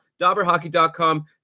DauberHockey.com